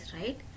right